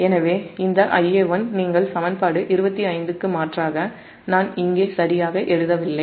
எனவே இந்த Ia1 சமன்பாடு 25 க்கு மாற்றாக நான் இங்கே சரியாக எழுதவில்லை